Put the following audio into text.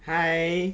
hi